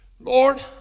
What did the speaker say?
Lord